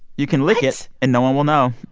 you can lick it, and no one will know.